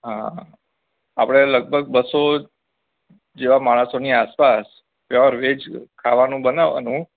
અ હા આપણે લગભગ બસો જેવા માણસોની આસપાસ પ્યોર વેજ ખાવાનું બનાવાનું